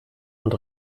und